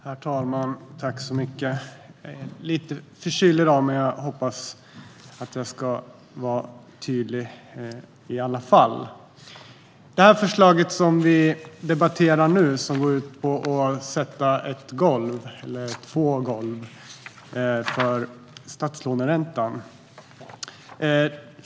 Herr talman! Jag är lite förkyld i dag, men jag hoppas att jag ska vara tydlig i alla fall. Det förslag vi nu debatterar går ut på att sätta två golv för statslåneräntan.